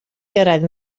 gyrraedd